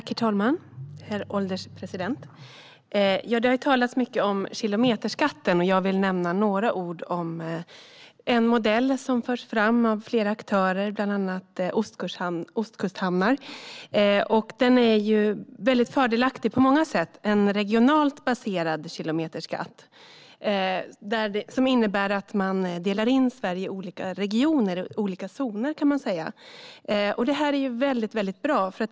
Herr ålderspresident! Det har talats mycket om kilometerskatten. Jag vill nämna några ord om en modell som förts fram av flera aktörer och bland annat Ostkusthamnar i samverkan. Den är väldigt fördelaktig på många sätt. Det är en regionalt baserad kilometerskatt. Det innebär att man delar in Sverige i olika regioner eller olika zoner. Det är väldigt bra.